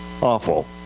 awful